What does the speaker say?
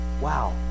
wow